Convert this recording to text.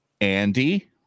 Andy